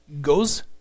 goes